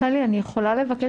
לכן חשוב להדגיש